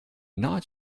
not